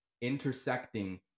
intersecting